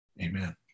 Amen